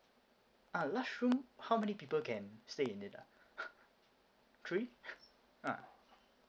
ah large room how many people can stay in it ah three ah